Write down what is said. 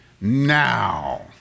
Now